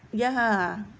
ya ah